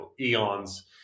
eons